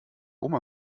oma